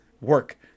work